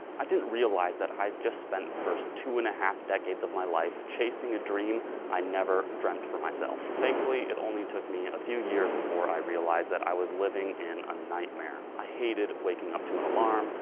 i didn't realize that i just spent the first two and a half decades of my life chasing a dream i never dreamt for myself. thankfully it only took me a few years before i realized that i was living in a nightmare. i hated waking up to an alarm.